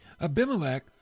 Abimelech